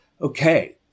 Okay